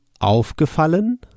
aufgefallen